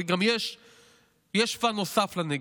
אבל יש גם פן נוסף לנגב,